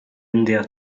india